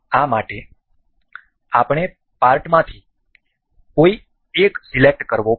આ માટે આપણે પાર્ટમાંથી કોઈ એક સિલેક્ટ કરવો પડશે